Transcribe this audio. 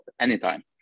anytime